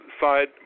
Side